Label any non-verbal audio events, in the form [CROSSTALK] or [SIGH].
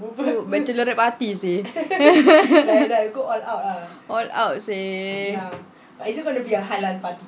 tu bachelorette party seh [LAUGHS] all out seh